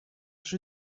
jeu